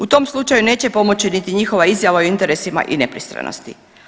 U tom slučaju neće pomoći niti njihova izjava o interesima i nepristranosti.